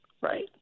right